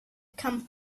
kan